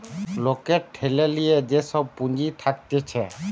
লোকের ঠেলে লিয়ে যে সব পুঁজি থাকতিছে